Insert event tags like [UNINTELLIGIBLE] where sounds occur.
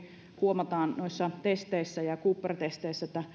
huomataan noissa testeissä ja cooperin testeissä että [UNINTELLIGIBLE]